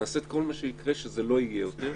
נעשה את כל מה שנוכל שזה לא יהיה יותר,